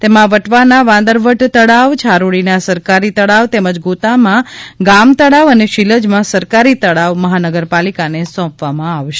તેમાં વટવાના વાંદરવટ તળાવ છારોડીના સરકારી તળાવ તેમજ ગોતામાં ગામ તળાવ અને શીલજમાં સરકારી તળાવ મહાનગરપાલિકાને સોંપવામાં આવશે